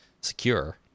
secure